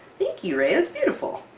thank you rae, that's beautiful!